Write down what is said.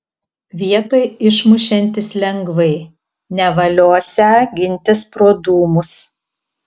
vietoj išmušiantis lengvai nevaliosią gintis pro dūmus